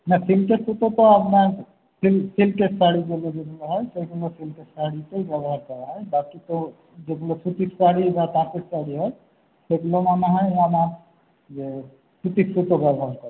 না সিল্কের সুতো তো আপনার সিল্ক সিল্কের শাড়ির জন্য যেগুলো হয় সেগুলো সিল্কের শাড়িতেই ব্যবহার করা হয় বাকি তো যেগুলো সুতির শাড়ি বা তাঁতের শাড়ি হয় সেগুলো মনে হয় আমার সুতির সুতো ব্যবহার করা হয়